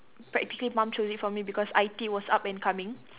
practically mum chose it for me because I_T was up and coming